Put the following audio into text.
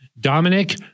Dominic